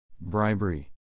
Bribery